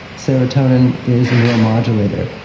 serotonin is a neuromodulator,